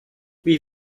wie